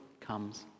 comes